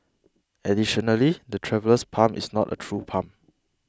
additionally the Traveller's Palm is not a true palm